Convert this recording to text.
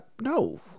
no